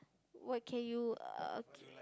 what can you uh